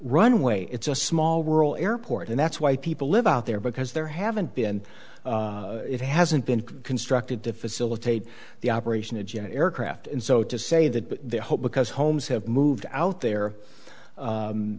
runway it's a small rural airport and that's why people live out there because there haven't been it hasn't been constructed to facilitate the operation of jet aircraft and so to say that they hope because homes have moved out there